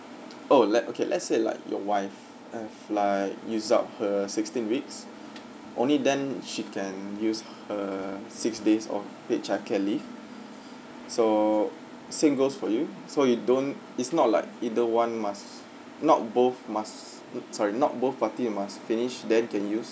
oh let okay let's say like your wife if like use up her sixteen weeks only then she can use her six days of paid childcare leave so same goes for you so you don't it's not like either one must not both must mm sorry not both party must finish then can use